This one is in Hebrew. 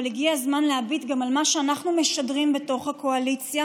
אבל הגיע הזמן להביט גם על מה שאנחנו משדרים בתוך הקואליציה,